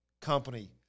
Company